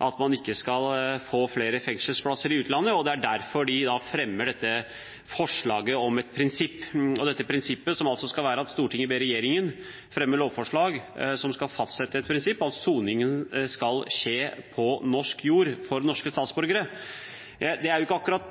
at man ikke skal få flere fengselsplasser i utlandet. Det er derfor de fremmer dette forslaget til vedtak om et prinsipp. Dette prinsippet, om at «Stortinget ber regjeringen fremme lovforslag som fastsetter et prinsipp om at soning skal skje på norsk jord for norske statsborgere», er ikke akkurat